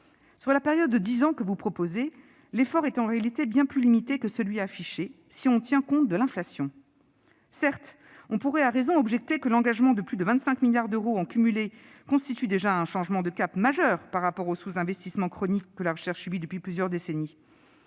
Sur la période de dix ans que vous proposez, l'effort est en réalité bien plus limité que celui qui est affiché, si l'on tient compte de l'inflation. Certes, on pourrait à raison objecter qu'un engagement de plus de 25 milliards d'euros en cumulé constitue déjà un changement de cap majeur par rapport au sous-investissement chronique que la recherche subit depuis plusieurs décennies.